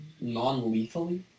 Non-lethally